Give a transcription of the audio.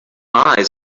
eyes